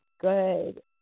good